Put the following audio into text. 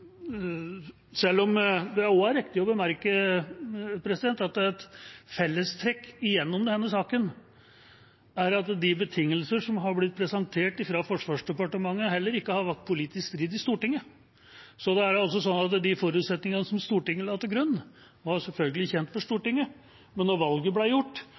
Selv om det også er riktig å bemerke at et fellestrekk gjennom denne saken er at de betingelser som har blitt presentert fra Forsvarsdepartementet, heller ikke har vakt politisk strid i Stortinget, er det sånn at de forutsetningene som Stortinget la til grunn, selvfølgelig var kjent for Stortinget, men da valget ble gjort,